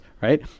right